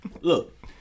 Look